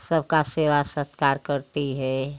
सब का सेवा सत्कार करती है